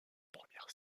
première